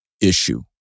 issue